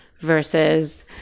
versus